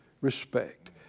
respect